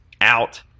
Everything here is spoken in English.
out